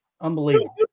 unbelievable